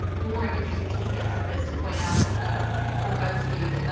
more interesting tidbits of this to point out um from buzzfeed.